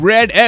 Red